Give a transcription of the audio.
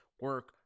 Work